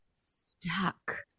Stuck